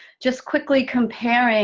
just quickly comparing